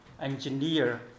engineer